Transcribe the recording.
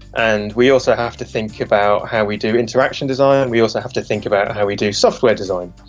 and we also have to think about how we do interaction design, and we also have to think about how we do software design.